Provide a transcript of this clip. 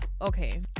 Okay